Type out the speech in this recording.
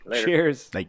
Cheers